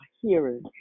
hearing